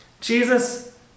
Jesus